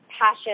passion